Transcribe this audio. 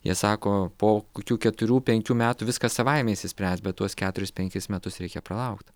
jie sako po kokių keturių penkių metų viskas savaime išsispręs bet tuos keturis penkis metus reikia pralaukt